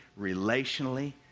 relationally